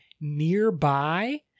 nearby